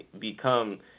become –